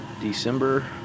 December